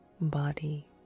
body